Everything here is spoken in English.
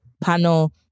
panel